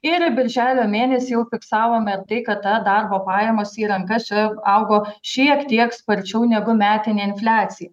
ir birželio mėnesį jau fiksavome tai kad ta darbo pajamos į rankas čia augo šiek tiek sparčiau negu metinė infliacija